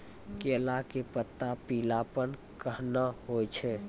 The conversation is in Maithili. केला के पत्ता पीलापन कहना हो छै?